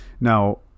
now